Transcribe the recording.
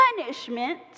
punishment